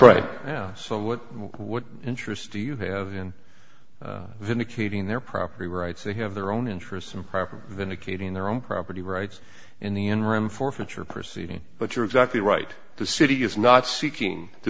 right yeah so what what interest do you have in vindicating their property rights they have their own interests in proper vindicating their own property rights in the interim forfeiture proceeding but you're exactly right the city is not seeking to